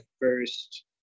first